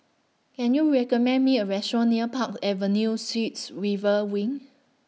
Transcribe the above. Can YOU recommend Me A Restaurant near Park Avenue Suites River Wing